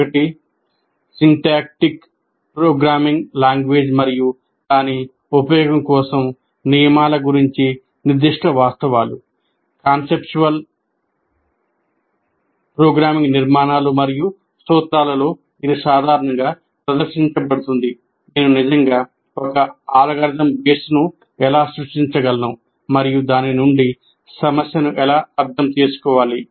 ఒకటి సింటాక్టిక్ ఎలా సృష్టించగలను మరియు దాని నుండి సమస్యను ఎలా అర్థం చేసుకోవాలి